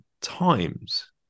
times